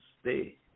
stay